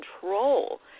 control